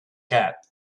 cat